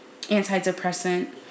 antidepressant